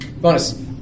Bonus